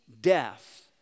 death